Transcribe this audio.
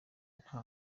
nta